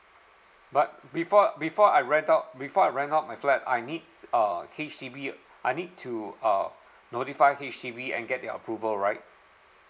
but before before I rent out before I rent out my flat I need uh H_D_B I need to uh notify H_D_B and get the approval right